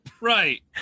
Right